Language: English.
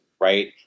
right